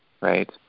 right